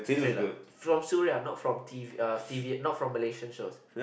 Thriller from Suria not from t_v uh t_v not from Malaysian shows